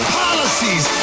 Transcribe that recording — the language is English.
policies